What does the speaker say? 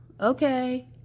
okay